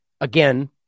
again